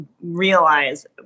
realize